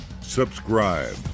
subscribe